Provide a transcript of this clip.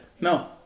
No